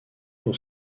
pour